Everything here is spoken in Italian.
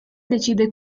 decide